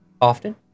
Often